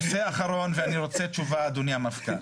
נושא אחרון, ואני רוצה תשובה, אדוני המפכ"ל.